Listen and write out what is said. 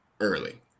early